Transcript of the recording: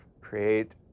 create